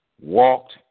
walked